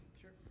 sure